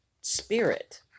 spirit